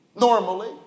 normally